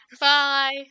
Bye